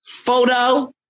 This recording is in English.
photo